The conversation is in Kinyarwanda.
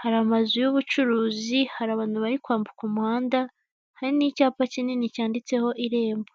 hari amazu y'ubucuruzi, hari abantu bari kwambuka umuhanda, hari n'icyapa kinini cyanditseho irembo.